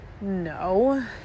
No